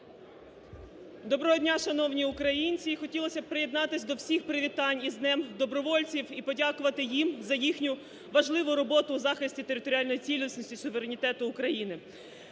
Доброго дня, шановні українці! І хотілося б приєднатися до всіх привітань із Днем добровольців і подякувати їм за їхню важливу роботу в захисті територіальної цілісності, суверенітету України.